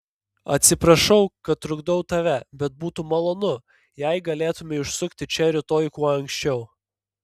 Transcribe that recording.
atsiprašau kad trukdau tave bet būtų malonu jei galėtumei užsukti čia rytoj kuo anksčiau